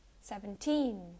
seventeen